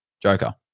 Joker